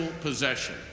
possession